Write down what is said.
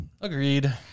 Agreed